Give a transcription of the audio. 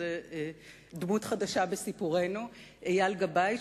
זו דמות חדשה בסיפורנו אייל גבאי,